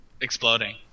exploding